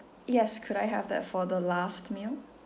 yes could I have that for the last meal